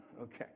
Okay